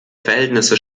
verhältnisse